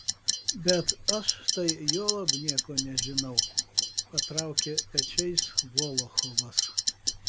bet aš tai juolab nieko nežinau patraukė pečiais volochovas